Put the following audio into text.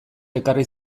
ekarri